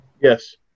Yes